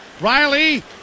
Riley